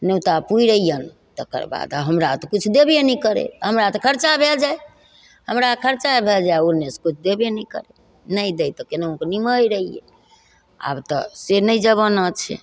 नेओता पुरि अइअनि तकर बाद हमरा तऽ किछु देबे नहि करै हमरा तऽ खरचा भै जाए हमरा खरचा भै जाए ओन्नेसे किछु देबे नहि करै नहि दै तऽ कोनाहुके निमहै रहिए आब तऽ से नहि जमाना छै